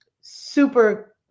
super